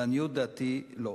לעניות דעתי, לא.